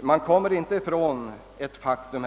Man kommer inte, herr Lindberg, från det faktum